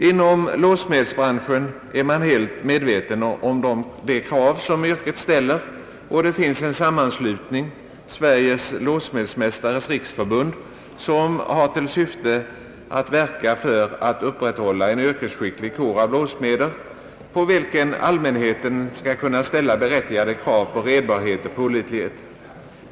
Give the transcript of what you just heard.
Inom låssmedsbranschen är man helt medveten om de krav som yrket ställer, och det finns en sammanslutning, Sveriges låssmedsmästares riksförbund, som har till syfte att verka för att upprätthålla en yrkesskicklig kår av låssmeder, på vilken allmänheten skall kunna ställa berättigade krav på redbarhet och pålitlighet.